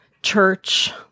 church